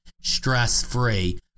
stress-free